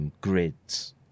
grids